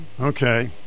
Okay